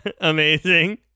amazing